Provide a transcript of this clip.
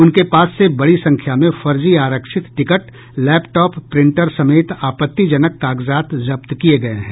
उनके पास से बड़ी संख्या में फर्जी आरक्षित टिकट लैपटॉप प्रिंटर समेत आपत्तिजनक कागजात जब्त किये गये हैं